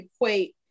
equate